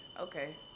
Okay